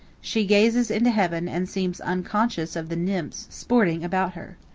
she gazes into heaven and seems unconscious of the nymphs sporting about her.